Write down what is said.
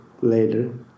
later